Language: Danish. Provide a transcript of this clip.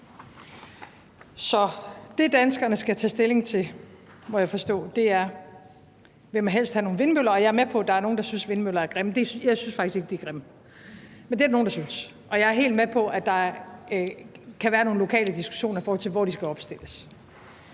Så det, danskerne skal tage stilling til, må jeg forstå, er, om man helst vil have nogle vindmøller eller et atomkraftværk. Og jeg er med på, at der er nogle, der synes, vindmøller er grimme. Jeg synes faktisk ikke, de er grimme, men det er der nogle der synes. Og jeg er helt med på, at der kan være nogle lokale diskussioner, i forhold til hvor de skal opstilles.